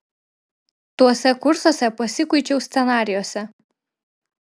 tuose kursuose pasikuičiau scenarijuose